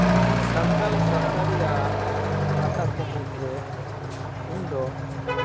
ᱥᱟᱱᱛᱟᱞ ᱥᱟᱶᱛᱟ ᱨᱮᱭᱟᱜ ᱯᱟᱛᱟᱠᱚ ᱢᱩᱫᱨᱮ ᱤᱧᱫᱚ